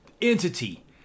entity